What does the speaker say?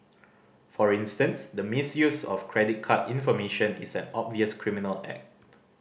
for instance the misuse of credit card information is an obvious criminal act